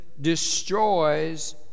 destroys